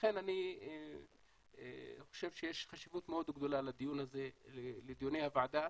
לכן אני חושב שיש חשיבות מאוד גדולה לדיון הזה ולדיוני הוועדה.